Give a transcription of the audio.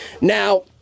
Now